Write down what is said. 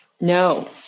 no